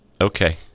Okay